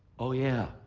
oh, yeah,